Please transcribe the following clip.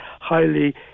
highly